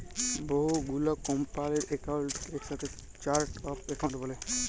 বহু গুলা কম্পালির একাউন্টকে একসাথে চার্ট অফ একাউন্ট ব্যলে